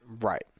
right